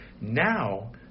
Now